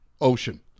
Ocean